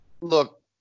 look